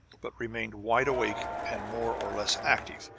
but remained wide awake and more or less active,